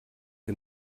wir